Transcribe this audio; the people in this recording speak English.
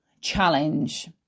challenge